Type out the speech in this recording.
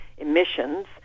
emissions